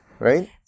Right